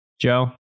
Joe